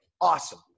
Awesome